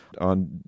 on